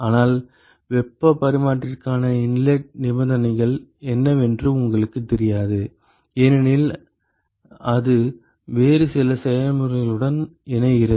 ஆனால் வெப்பப் பரிமாற்றிக்கான இன்லெட் நிபந்தனைகள் என்னவென்று உங்களுக்குத் தெரியாது ஏனெனில் அது வேறு சில செயல்முறைகளுடன் இணைக்கிறது